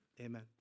Amen